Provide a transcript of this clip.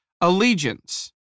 Allegiance